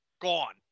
gone